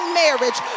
marriage